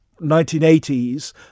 1980s